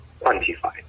quantified